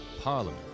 Parliament